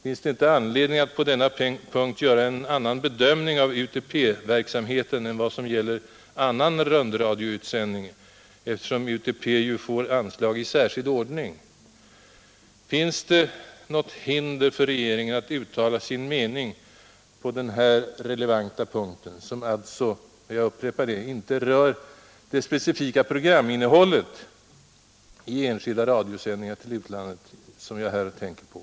Finns det inte anledning att på denna punkt göra en annan bedömning av UTP-verksamheten än vad som gäller annan rundradiosändning, eftersom UTP ju får anslag i särskild ordning? Finns det något hinder för regeringen att uttala sin mening på den här relevanta punkten, som alltså — jag upprepar det — inte rör det specifika programinnehållet i de enskilda radiosändningar till utlandet, som jag här tänker på?